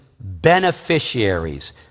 beneficiaries